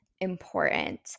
important